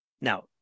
now